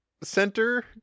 center